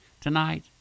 tonight